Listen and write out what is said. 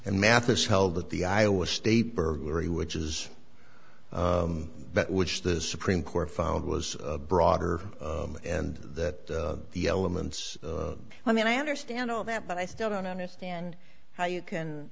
and mathis held that the iowa state burglary which is that which the supreme court found was broader and that the elements i mean i understand all that but i still don't understand how you can